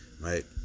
Right